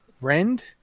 Rend